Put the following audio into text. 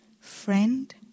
Friend